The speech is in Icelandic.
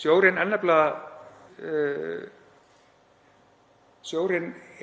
Sjórinn